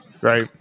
Right